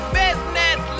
business